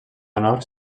honor